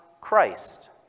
Christ